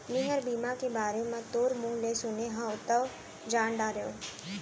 मैंहर बीमा के बारे म तोर मुँह ले सुने हँव तव जान डारेंव